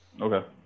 Okay